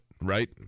right